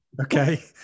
Okay